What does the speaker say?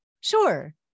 Sure